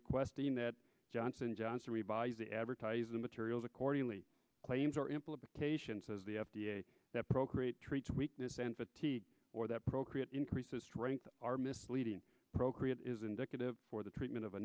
requesting that johnson johnson revise the advertising materials accordingly claims or implications as the f d a pro create treats weakness and fatigue or that procreate increases strength are misleading pro create is indicative for the treatment of